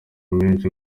menshi